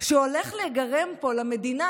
שהולך להיגרם פה למדינה,